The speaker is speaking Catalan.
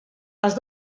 els